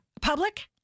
Public